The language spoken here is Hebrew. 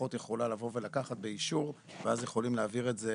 אז אחות יכולה באישור להגיע ולקחת ואז יכולים להעביר את זה